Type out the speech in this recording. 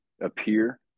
appear